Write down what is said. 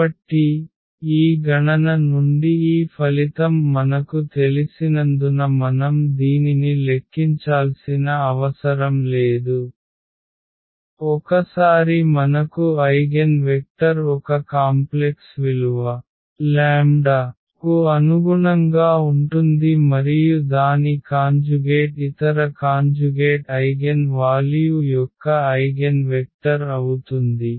కాబట్టి ఈ గణన నుండి ఈ ఫలితం మనకు తెలిసినందున మనం దీనిని లెక్కించాల్సిన అవసరం లేదు ఒకసారి మనకు ఐగెన్వెక్టర్ ఒక కాంప్లెక్స్ విలువ కు అనుగుణంగా ఉంటుంది మరియు దాని కాంజుగేట్ ఇతర కాంజుగేట్ ఐగెన్వాల్యూ యొక్క ఐగెన్వెక్టర్ అవుతుంది